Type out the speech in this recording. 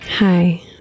Hi